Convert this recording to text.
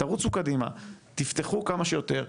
תרוצו קדימה, תפתחו כמה שיותר.